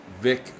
Vic